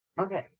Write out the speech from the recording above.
Okay